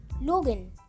Logan